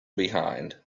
behind